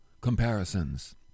comparisons